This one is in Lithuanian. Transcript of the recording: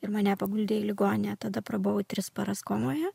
ir mane paguldė į ligoninę tada prabuvau tris paras komoje